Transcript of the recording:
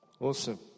Awesome